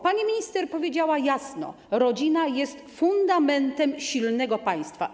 Pani minister powiedziała jasno: rodzina jest fundamentem silnego państwa.